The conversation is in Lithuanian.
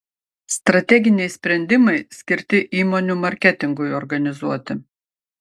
strateginiai sprendimai skirti įmonių marketingui organizuoti